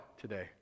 today